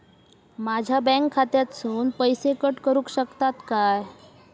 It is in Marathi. माझ्या बँक खात्यासून पैसे कट करुक शकतात काय?